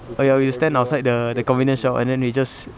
oh ya we'll stand outside the the convenience shop and then we just